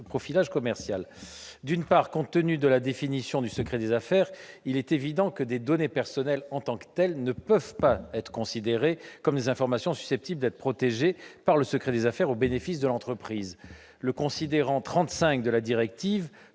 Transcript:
profilage commercial. D'une part, compte tenu de la définition du secret des affaires, il est évident que des données personnelles en tant que telles ne peuvent pas être considérées comme des informations susceptibles d'être protégées par le secret des affaires au bénéfice de l'entreprise. Le considérant 35 de la directive